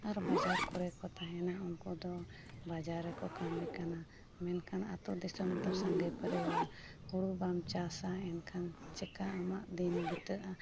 ᱟᱨ ᱵᱟᱡᱟᱨ ᱠᱚᱨᱮ ᱠᱚ ᱛᱟᱦᱮᱱᱟ ᱩᱱᱠᱩ ᱫᱚ ᱵᱟᱡᱟᱨ ᱨᱮᱠᱚ ᱠᱟᱹᱢᱤ ᱠᱟᱱᱟ ᱢᱮᱱᱠᱷᱟᱱ ᱟᱛᱳ ᱫᱤᱥᱚᱢ ᱫᱚ ᱥᱟᱸᱜᱮ ᱯᱚᱨᱤᱵᱟᱨ ᱦᱩᱲᱩ ᱵᱟᱢ ᱪᱟᱥᱟ ᱮᱱᱠᱷᱟᱱ ᱪᱤᱠᱟᱹ ᱟᱢᱟᱜ ᱫᱤᱱ ᱵᱤᱛᱟᱹᱜᱼᱟ